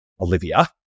Olivia